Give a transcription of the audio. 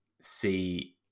see